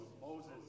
Moses